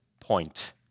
point